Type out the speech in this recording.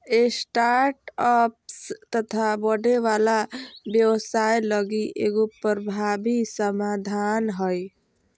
startups तथा बढ़े वाला व्यवसाय लगी एगो प्रभावी समाधान हइ